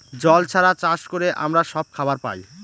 জল ছাড়া চাষ করে আমরা সব খাবার পায়